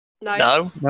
No